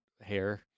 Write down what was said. hair